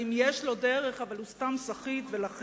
האם יש לו דרך אבל הוא סתם לחיץ וסחיט?